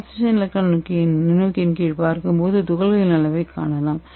transmission electron நுண்ணோக்கின் கீழ் நீங்கள் பார்க்கும்போது துகள்களின் அளவைக் காணலாம்